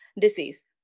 disease